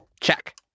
Check